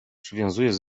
przywiązujesz